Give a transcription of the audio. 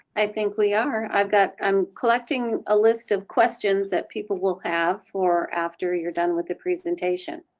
i think we are. i've got i'm collecting a list of questions that people will have for after you're done with the presentation.